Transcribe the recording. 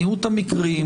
מיעוט המקרים,